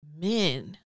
men